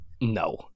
No